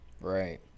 Right